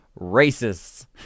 racists